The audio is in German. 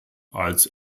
als